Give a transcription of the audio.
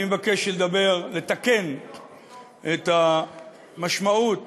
אני מבקש לתקן את המשמעות